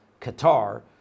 Qatar